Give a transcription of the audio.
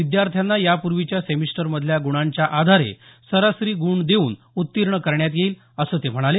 विद्यार्थ्यांना यापूर्वीच्या सेमिस्टरमधल्या गुणांच्या आधारे सरासरी गुण देऊन उत्तीर्ण करण्यात येईल असं ते म्हणाले